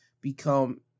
become